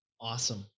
Awesome